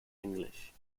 english